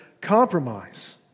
compromise